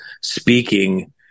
speaking